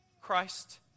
Christ